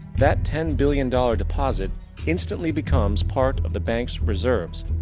that ten billion dollar deposit instantly becomes part of the banks reserves.